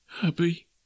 happy